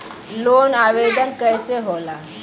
Loan आवेदन कैसे होला?